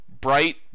bright